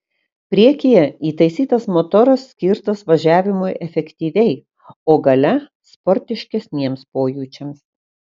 priekyje įtaisytas motoras skirtas važiavimui efektyviai o gale sportiškesniems pojūčiams